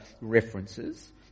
references